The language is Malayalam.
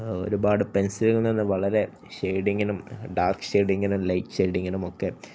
ഒരുപാട് പെൻസിലുകളിൽ നിന്ന് വളരെ ഷെയ്ഡിങ്ങിനും ഡാർക്ക് ഷെയ്ഡിങ്ങിനും ലൈറ്റ് ഷെയ്ഡിങ്ങിനും ഒക്കെ